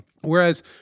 Whereas